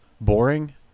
boring